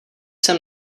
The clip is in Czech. jsem